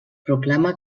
proclama